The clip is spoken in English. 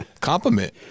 compliment